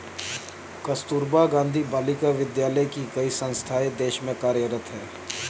कस्तूरबा गाँधी बालिका विद्यालय की कई संस्थाएं देश में कार्यरत हैं